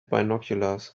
binoculars